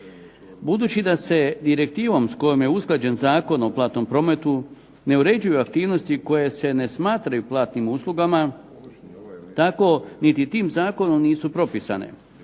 Budući da se s direktivom s kojom je usklađen Zakon o platnom prometu ne uređuju aktivnosti koje se ne smatraju platnim uslugama, tako niti tim Zakonom nisu propisane,